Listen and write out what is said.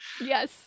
Yes